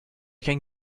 can